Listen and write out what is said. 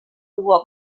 tuua